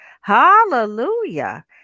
Hallelujah